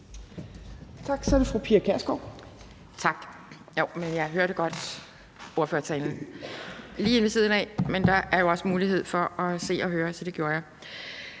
Kl. 12:21 Pia Kjærsgaard (DF): Tak. Jeg hørte godt ordførertalen. Jeg var lige inde ved siden af, men der er jo også mulighed for at se og høre, så det gjorde jeg.